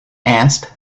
asked